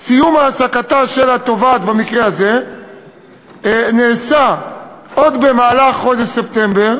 סיום העסקתה של התובעת במקרה הזה נעשה עוד במהלך חודש ספטמבר,